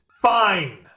fine